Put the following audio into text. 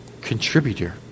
contributor